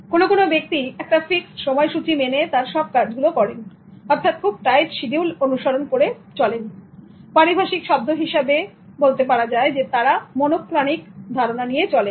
কোনো কোনো ব্যক্তি একটা ফিক্সড সময়সূচী মেনে তার সবকাজগুলো করে অর্থাৎ খুব টাইট সিডিউল অনুসরণ করেপারিভাষিক শব্দ হিসাবে বলি তারা মনোক্রনিক ধারনা নিয়ে চলেন